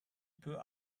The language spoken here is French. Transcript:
peut